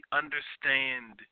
understand